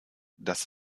das